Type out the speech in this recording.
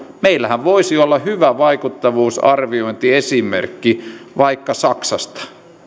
meillähän voisi olla hyvä vaikuttavuusarviointiesimerkki vaikka saksasta